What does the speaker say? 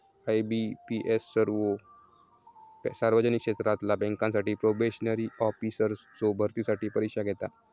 IBPS सर्वो सार्वजनिक क्षेत्रातला बँकांसाठी प्रोबेशनरी ऑफिसर्सचो भरतीसाठी परीक्षा घेता